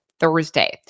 Thursday